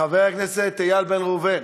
חבר הכנסת איל בן ראובן,